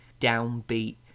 downbeat